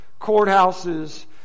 courthouses